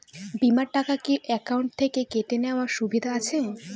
বিমার টাকা কি অ্যাকাউন্ট থেকে কেটে নেওয়ার সুবিধা আছে?